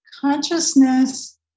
Consciousness